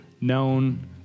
known